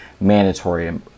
mandatory